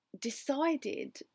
decided